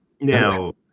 Now